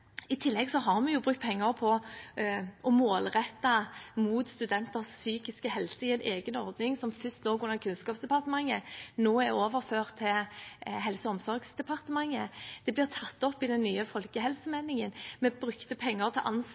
I tillegg har vi brukt penger på en egen ordning målrettet mot studenters psykiske helse. Den lå først under Kunnskapsdepartementet, og er nå overført til Helse- og omsorgsdepartementet. Det blir tatt opp i den nye folkehelsemeldingen. Vi brukte penger på ANSA for at de skulle kunne gi psykologtilbud til